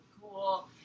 cool